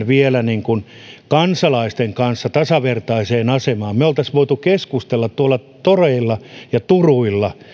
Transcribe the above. vielä enemmän kansalaisten kanssa tasavertaiseen asemaan me olisimme voineet keskustella tuolla toreilla ja turuilla